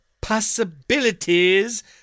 possibilities